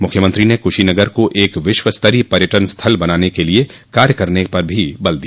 मुख्यमंत्री ने कुशीनगर को एक विश्व स्तरीय पर्यटन स्थल बनाने के लिए कार्य करने पर भी जोर दिया